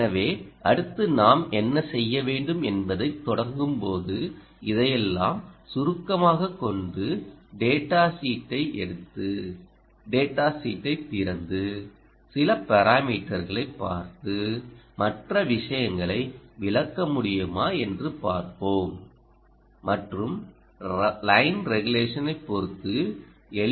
எனவே அடுத்து நாம் என்ன செய்ய வேண்டும் என்பதைத் தொடங்கும்போது இதையெல்லாம் சுருக்கமாகக் கொண்டு டேடா ஷீட்டை எடுத்து டேடா ஷீட்டைத் திறந்து சில பாராமீட்டர்களைப் பார்த்து மற்ற விஷயங்களை விளக்க முடியுமா என்று பார்ப்போம் மற்றும்லைன் ரெகுலேஷனைப் பொறுத்து எல்